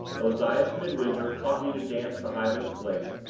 ozias midwinter taught me to dance the highland fling,